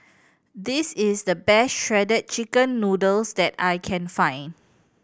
this is the best Shredded Chicken Noodles that I can find